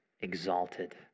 exalted